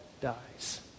dies